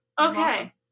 Okay